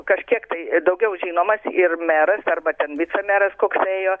kažkiek tai daugiau žinomas ir meras arba ten vicemeras koks ėjo